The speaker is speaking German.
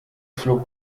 flog